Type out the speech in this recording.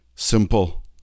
simple